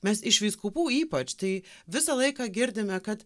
mes iš vyskupų ypač tai visą laiką girdime kad